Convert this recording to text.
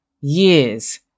years